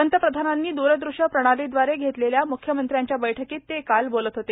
पंतप्रधानांनी द्रदृश्य प्रणालीदवारे घेतलेल्या मुख्यमंत्र्यांच्या बैठकीत ते काल बोलत होते